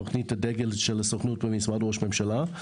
תוכנית הדגל של הסוכנות במשרד ראש הממשלה.